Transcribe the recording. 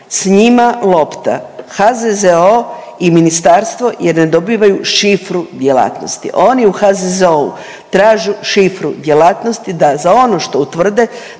s njima lopta HZZO i ministarstvo jer ne dobivaju šifru djelatnosti, oni u HZZO-u traže šifru djelatnosti da za ono što utvrde